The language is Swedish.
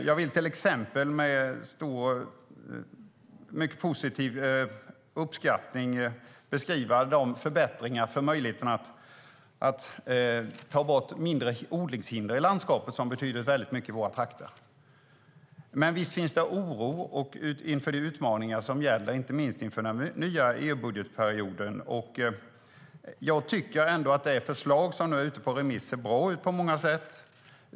Jag vill till exempel med stor uppskattning beskriva förbättringarna av möjligheten att ta bort mindre odlingshinder i landskapet, vilket betyder mycket i våra trakter. Men visst finns det oro inför de utmaningar som gäller, inte minst inför den nya EU-budgetperioden. Jag tycker ändå att det förslag som nu är ute på remiss ser bra ut på många sätt.